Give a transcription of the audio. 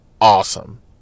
awesome